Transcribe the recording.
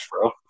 bro